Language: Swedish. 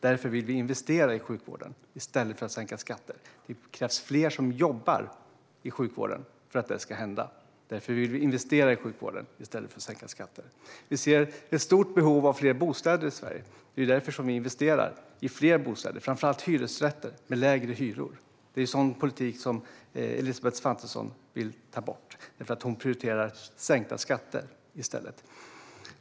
Därför vill vi investera i sjukvården i stället för att sänka skatten. Det krävs fler som jobbar i sjukvården för att detta ska hända, och därför vill vi investera i sjukvården i stället för att sänka skatten. Vi ser ett stort behov av fler bostäder i Sverige. Därför investerar vi i fler bostäder, framför allt hyresrätter med lägre hyror. Detta är sådan politik som Elisabeth Svantesson vill ta bort, för att hon prioriterar sänkta skatter i stället.